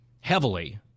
heavily